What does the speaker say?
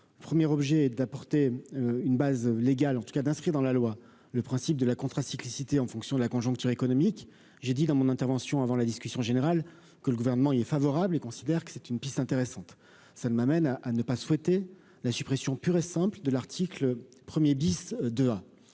premier objet d'apporter une base légale, en tout cas d'inscrire dans la loi le principe de la Contra cyclicité en fonction de la conjoncture économique, j'ai dit dans mon intervention avant la discussion générale, que le gouvernement est favorable et considère que c'est une piste intéressante, ça ne m'amène à ne pas souhaiter la suppression pure et simple de l'article 1er bis de